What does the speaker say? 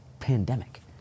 pandemic